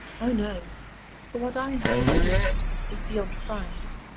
oh, no, for what i have received is beyond price.